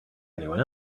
anyone